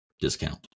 discount